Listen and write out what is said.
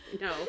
No